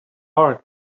hard